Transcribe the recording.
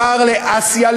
שער לאסיה,